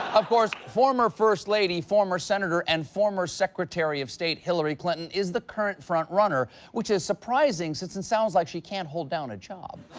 of course, former first lady, former senator, and former secretary of state hillary clinton is the current front-runner, which is surprising since it sounds like she can't hold down a job.